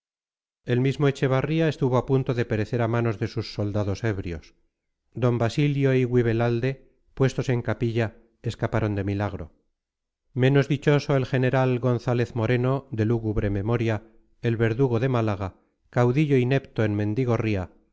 el mismo echevarría estuvo a punto de perecer a manos de sus soldados ebrios d basilio y guibelalde puestos en capilla escaparon de milagro menos dichoso el general gonzález moreno de lúgubre memoria el verdugo de málaga caudillo inepto en